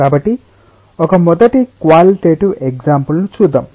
కాబట్టి ఒక మొదటి క్వాలిటెటివ్ ఎగ్సాంపుల్ ను చూద్దాం